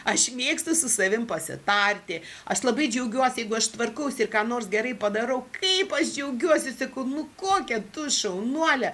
aš mėgstu su savim pasitarti aš labai džiaugiuos jeigu aš tvarkausi ir ką nors gerai padarau kaip aš džiaugiuosi sakau nu kokia tu šaunuolė